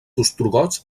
ostrogots